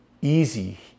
easy